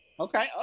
Okay